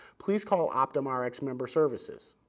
please call optumrx member services.